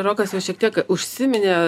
rokas jau šiek tiek užsiminė